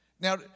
Now